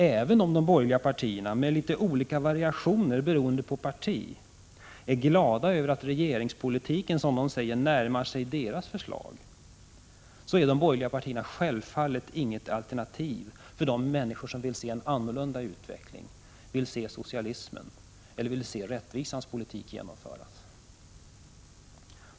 Även om de borgerliga partierna, med litet olika variationer beroende på parti, är glada över att regeringspolitiken, som de säger, närmar sig deras förslag, så är de borgerliga partierna självfallet inget alternativ för de människor som vill se en annorlunda utveckling, en socialistisk utveckling, och vill se rättvisans politik genomföras.